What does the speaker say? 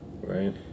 Right